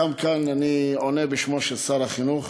גם כאן אני עונה בשמו של שר החינוך.